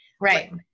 Right